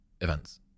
Events